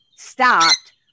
stopped